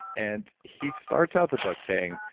and he starts out the book saying,